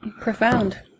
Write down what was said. Profound